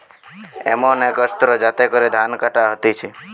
এমন এক অস্ত্র যাতে করে ধান কাটা হতিছে